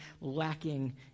lacking